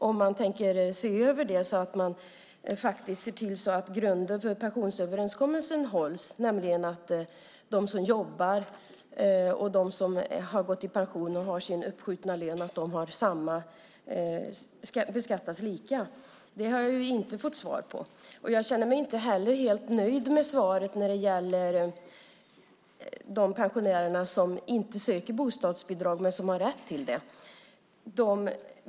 Tänker man se över den så att man ser till att grunden för pensionsöverenskommelsen hålls, nämligen att de som jobbar och de som har gått i pension och har sin uppskjutna lön beskattas lika? Det har jag ju inte fått svar på, och jag känner mig inte heller helt nöjd med svaret när det gäller de pensionärer som inte söker bostadsbidrag men som har rätt till det.